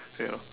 you know